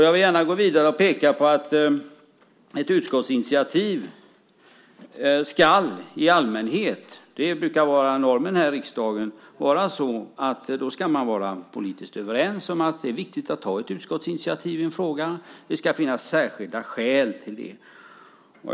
Jag vill gärna gå vidare och peka på att man med ett utskottsinitiativ i allmänhet - det brukar vara normen här i riksdagen - ska vara politiskt överens om att det är viktigt att ha ett utskottsinitiativ i frågan. Det ska finnas särskilda skäl till det.